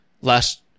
last